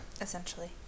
Essentially